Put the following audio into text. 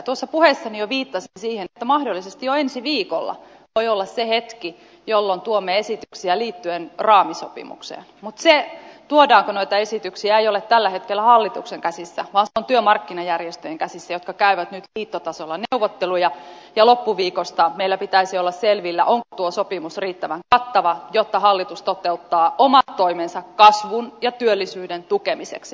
tuossa puheessani jo viittasin siihen että mahdollisesti jo ensi viikolla voi olla se hetki jolloin tuomme esityksiä liittyen raamisopimukseen mutta se tuodaanko noita esityksiä ei ole tällä hetkellä hallituksen käsissä vaan se on työmarkkinajärjestöjen käsissä jotka käyvät nyt liittotasolla neuvotteluja ja loppuviikosta meillä pitäisi olla selvillä onko tuo sopimus riittävän kattava jotta hallitus toteuttaa omat toimensa kasvun ja työllisyyden tukemiseksi